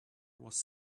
was